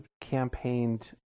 campaigned